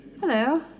hello